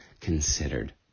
considered